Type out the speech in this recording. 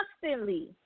constantly